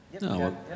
No